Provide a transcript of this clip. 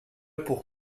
pour